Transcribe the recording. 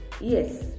yes